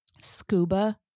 scuba